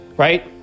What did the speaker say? Right